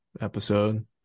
episode